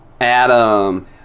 Adam